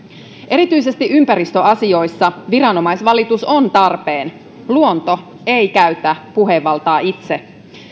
erityisesti ympäristöasioissa viranomaisvalitus on tarpeen luonto ei käytä puhevaltaa itse